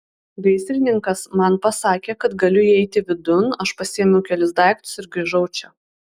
gaisrininkas man pasakė kad galiu įeiti vidun aš pasiėmiau kelis daiktus ir grįžau čia